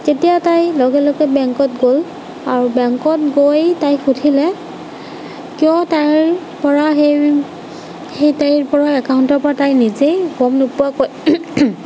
তেতিয়া তাই লগে লগে বেংকত গ'ল আৰু বেংকত গৈ তাই সুধিলে কিয় তাইৰ পৰা সেই সেই তাইৰ পৰা একাউণ্টৰ পৰা নিজে গম নোপোৱাকৈ